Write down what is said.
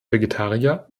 vegetarier